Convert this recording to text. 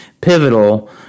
pivotal